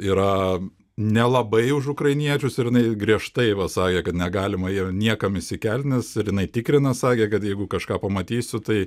yra nelabai už ukrainiečius ir jinai griežtai pasakė kad negalima jiem niekam įsikelt nes ir jinai tikrina sakė kad jeigu kažką pamatysiu tai